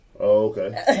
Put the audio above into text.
okay